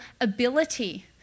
ability